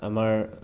আমাৰ